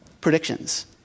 predictions